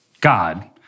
God